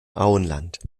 auenland